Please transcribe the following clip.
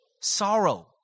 sorrow